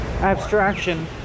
abstraction